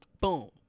boom